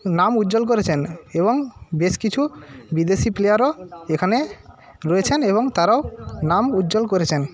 নাম উজ্জ্বল করেছেন এবং বেশ কিছু বিদেশি প্লেয়ারও এখানে রয়েছেন এবং তারাও নাম উজ্জ্বল করেছেন